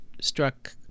struck